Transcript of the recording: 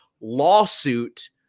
lawsuit